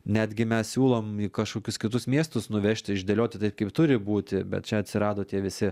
netgi mes siūlom į kažkokius kitus miestus nuvežti išdėlioti taip kaip turi būti bet čia atsirado tie visi